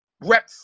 rep